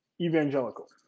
evangelical